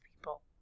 people